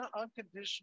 unconditional